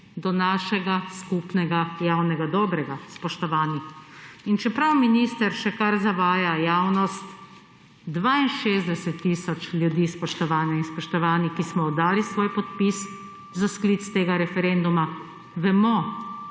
do našega skupnega javnega dobrega, spoštovani. In čeprav minister še kar zavaja javnost, 62 tisoč ljudi, spoštovane in spoštovani, ki smo oddali svoj podpis za sklic tega referenduma, vemo,